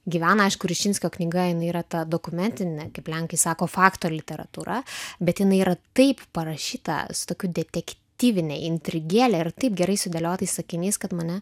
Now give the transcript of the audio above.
gyvena aišku rišinskio knyga jinai yra ta dokumentinė kaip lenkai sako fakto literatūra bet jinai yra taip parašyta su tokiu detektyvine intrigėle ir taip gerai sudėliotais sakinys kad mane